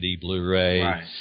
Blu-ray